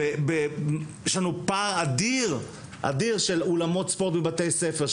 יש לנו פער אדיר של אולמות ספורט בבתי ספר,